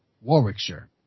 Warwickshire